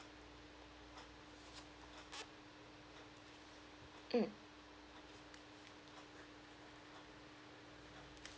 mm